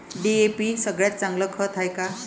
DAP सगळ्यात चांगलं खत हाये का?